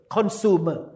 Consumer